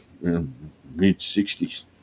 mid-60s